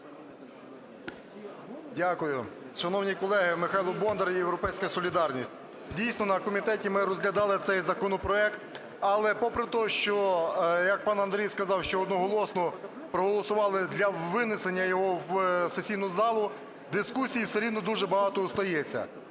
Дякую. Шановні колеги! Михайло Бондар, "Європейська солідарність". Дійсно на комітеті ми розглядали цей законопроект, але попри те, що, як пан Андрій сказав, що одноголосно проголосували для винесення його в сесійну залу, дискусії все рівно дуже багато остається.